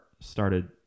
started